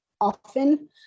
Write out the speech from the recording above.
often